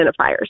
identifiers